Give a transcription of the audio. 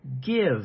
Give